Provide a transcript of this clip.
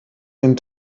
den